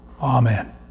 Amen